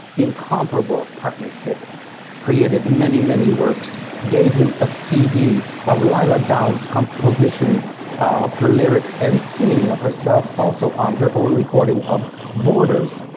incomparable partnership created many many works gave him a cd of lila downs composition of her lyrics and singing of herself also on her own recording of borders.